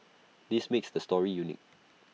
this makes the store unique